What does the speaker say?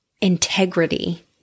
integrity